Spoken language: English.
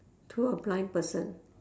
to a blind person